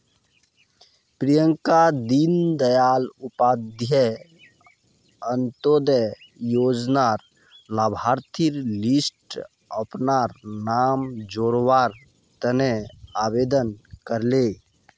प्रियंका दीन दयाल उपाध्याय अंत्योदय योजनार लाभार्थिर लिस्टट अपनार नाम जोरावर तने आवेदन करले